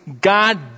God